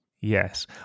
Yes